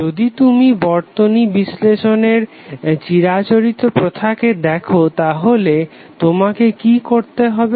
যদি তুমি বর্তনী বিশ্লেষণের চিরাচরিত প্রথাকে দেখো তাহলে তোমাকে কি করতে হবে